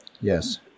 Yes